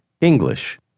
English